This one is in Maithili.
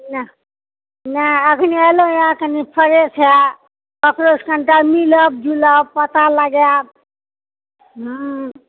नहि नहि अभी नहेलहुँ हँ कनि फ्रेश हाएब ककरोसँ कनि मिलब जुलब पता लगाएब